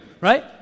Right